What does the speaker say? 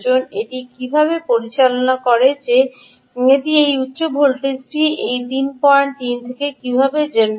এটি কীভাবে পরিচালনা করে যে এটি এই উচ্চ ভোল্টেজটি 33 থেকে কীভাবে জেনারেট করে